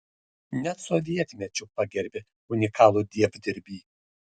net sovietmečiu pagerbė unikalų dievdirbį